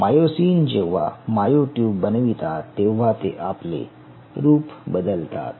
myosin जेव्हा myotube बनवितात तेव्हा ते आपले रुप बदलतात